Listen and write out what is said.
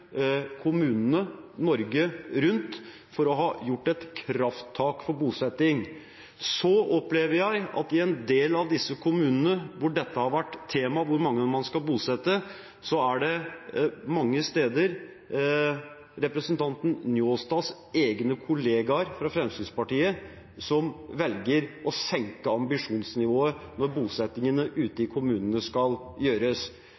kommunene Norge rundt for å ha gjort et krafttak for bosetting. Så opplever jeg at i en del av disse kommunene hvor det har vært tema hvor mange man skal bosette, er det mange steder representanten Njåstads egne kollegaer fra Fremskrittspartiet som velger å senke ambisjonsnivået når bosettingene ute i kommunene skal gjøres.